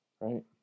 Right